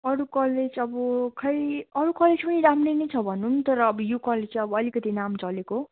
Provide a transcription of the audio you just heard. अरू कलेज अब खै अरू कलेज पनि राम्रै नै छ भनौँ तर अब यो कलेज चाहिँ अलिकति नाम चलेको